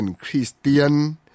Christian